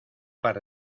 par